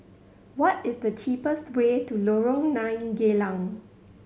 what is the cheapest way to Lorong Nine Geylang